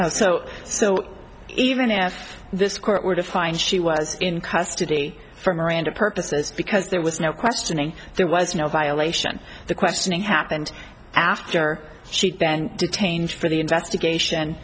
if so so even if this court were to find she was in custody for miranda purposes because there was no questioning there was no violation the questioning happened after she'd been detained for the investigation